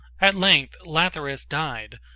at length lathyrus died,